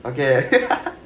okay